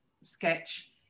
sketch